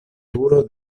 turo